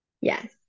Yes